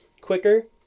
quicker